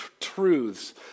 truths